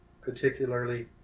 particularly